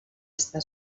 està